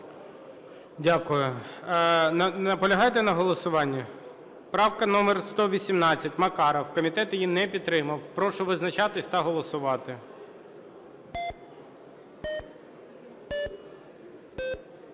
Дякую. Наполягаєте на голосуванні? Правка номер 118, Макаров. Комітет її не підтримав. Прошу визначатися та голосувати.